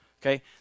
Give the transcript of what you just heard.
okay